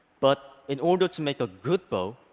but in order to make a good bow,